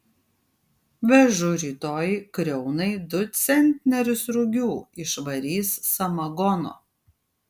vežu rytoj kriaunai du centnerius rugių išvarys samagono